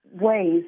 ways